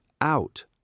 out